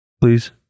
Please